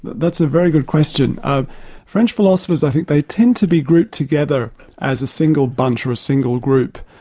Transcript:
that's a very good question. um french philosophers, i think they tend to be grouped together as a single bunch or a single group.